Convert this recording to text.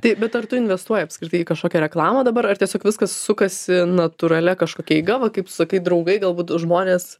tai bet ar tu investuoji apskritai į kažkokią reklamą dabar ar tiesiog viskas sukasi natūralia kažkokia eiga va kaip sakai draugai galbūt žmonės